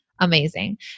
Amazing